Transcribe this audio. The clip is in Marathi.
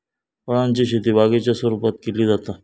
फळांची शेती बागेच्या स्वरुपात केली जाता